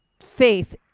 faith